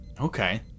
Okay